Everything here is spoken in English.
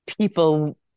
people